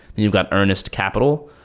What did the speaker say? you've got earnest capital,